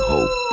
Hope